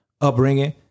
upbringing